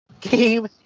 game